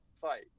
fight